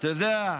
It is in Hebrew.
אתה יודע,